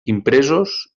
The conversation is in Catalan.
impresos